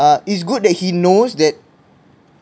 uh it's good that he knows that